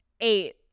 eight